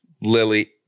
Lily